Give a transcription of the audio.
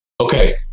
okay